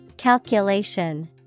Calculation